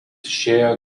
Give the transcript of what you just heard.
išėjo